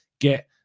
Get